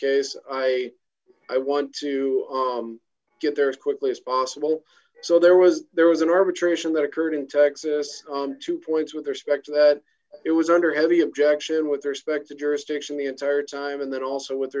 case i i want to get there is quickly as possible so there was there was an arbitration that occurred in texas on two points with respect to that it was under heavy objection with respect to jurisdiction the entire time and then also with